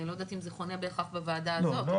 אני לא יודעת אם זה חונה בהכרח בוועדה הזאת.